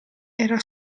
era